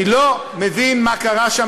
אני לא מבין מה קרה שם,